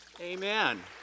Amen